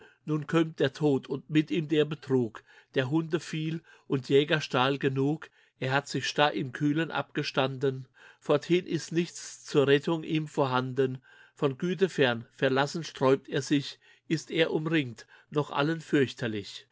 nun kömmt der tod und mit ihm der betrug der hunde viel und jägerstaal genug er hat sich starr im kühlen abgestanden forthin ist nichts zur rettung ihm vorhanden von güte fern verlassen streubt er sich ist er umringt noch allen fürchterlich